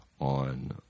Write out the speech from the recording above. on